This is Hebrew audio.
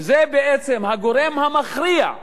וזה בעצם הגורם המכריע,